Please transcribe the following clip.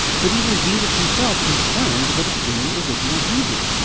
but even jesus himself, confirmed that it's in the original hebrew.